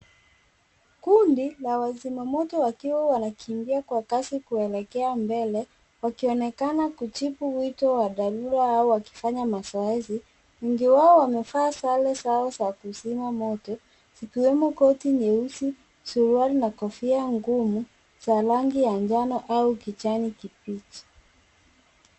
Kundi la wazima moto wakiwa wanakimbia kwa kasi kuelekea mbele, wakionekana kujibu wito wa dharura au wakifanya mazoezi. Wengi wao wamevaa sare zao za kuzima moto, zikiwemo korti nyeusi, suruali, na kofia ngumu, za rangi ya njano au kijani kibichi.